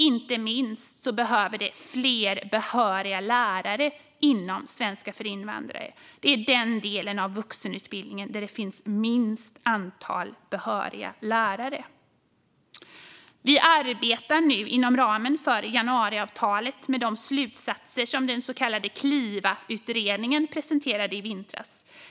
Inte minst behövs det fler behöriga lärare inom svenska för invandrare. Det är den del av vuxenutbildningen där antalet behöriga lärare är minst. Vi arbetar nu inom ramen för januariavtalet med de slutsatser som den så kallade Kliva-utredningen presenterade i vintras.